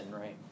right